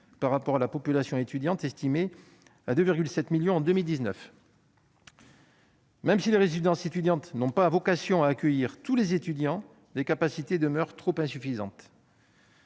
par rapport à la population étudiante, estimée à 2,7 millions en 2019. Même si ces résidences n'ont pas vocation à accueillir tous les étudiants, les capacités demeurent vraiment insuffisantes.